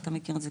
אתה מכיר את זה,